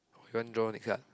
you want draw next card